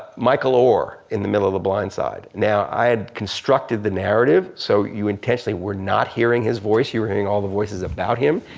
micheal oher in the middle of the blind side. now i had constructed the narrative so you intentionally were not hearing his voice. you were hearing all the voices about him.